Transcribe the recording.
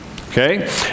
Okay